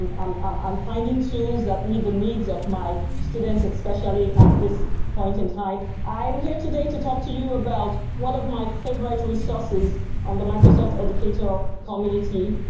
um um i'm finding tools that meet the needs of my students especially at this point in time. i'm here today to to you about one of my favorite resources on the microsoft educator community.